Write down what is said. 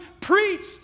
preached